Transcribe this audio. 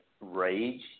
rage